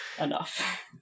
enough